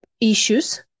issues